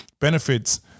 benefits